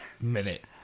Minute